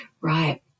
Right